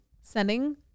sending